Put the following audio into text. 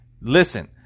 Listen